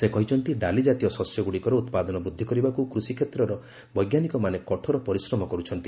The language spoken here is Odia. ସେ କହିଛନ୍ତି ଡାଲିଯାତୀୟ ଶସ୍ୟଗୁଡ଼ିକର ଉତ୍ପାଦନ ବୃଦ୍ଧି କରିବାକୁ କୃଷିକ୍ଷେତ୍ରର ବୈଜ୍ଞାନିକମାନେ କଠୋର ପରିଶ୍ରମ କର୍ତ୍ତନ୍ତି